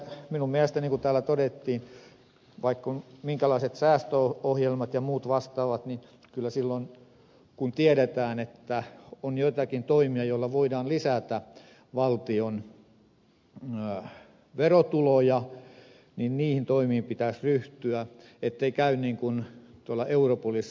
minun mielestäni niin kuin täällä todettiin vaikka on minkälaiset säästöohjelmat ja muut vastaavat niin kyllä silloin kun tiedetään että on joitakin toimia joilla voidaan lisätä valtion verotuloja niihin toimiin pitäisi ryhtyä ettei käy niin kuin tuolla europolissa